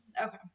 Okay